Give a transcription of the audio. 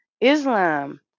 islam